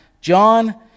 John